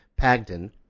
Pagden